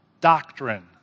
doctrine